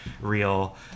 real